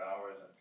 hours